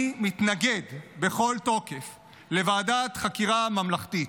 אני מתנגד בכל תוקף לוועדת חקירה ממלכתית.